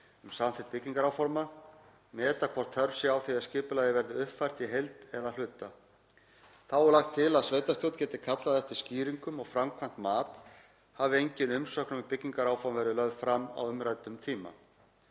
um samþykkt byggingaráforma, meta hvort þörf sé á því að skipulagið verði uppfært í heild eða að hluta. Þá er lagt til að sveitarstjórn geti kallað eftir skýringum og framkvæmt mat hafi engin umsögn um byggingaráform verið lögð fram á umræddum tíma.